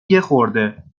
یخورده